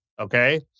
Okay